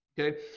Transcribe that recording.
Okay